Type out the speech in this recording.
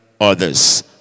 others